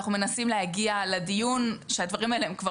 אנחנו מנסים להגיע לדיון כשהדברים האלה הם כבר